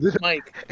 Mike